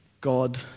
God